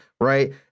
right